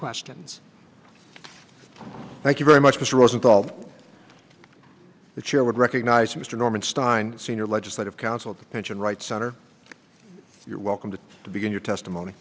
questions thank you very much mr rosenthal the chair would recognize mr norman stein senior legislative counsel to pension rights center you're welcome to begin your testimony